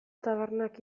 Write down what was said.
tabernak